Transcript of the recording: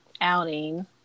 outing